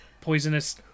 poisonous